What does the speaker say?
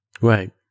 Right